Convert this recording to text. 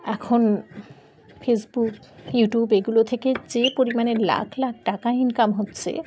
এখন Facebook YouTube এগুলো থেকে যে পরিমাণে লাখ লাখ টাকা ইনকাম হচ্ছে